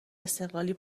استقلالی